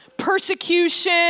persecution